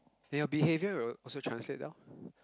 then your behaviour will also translate loh